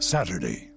Saturday